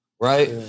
Right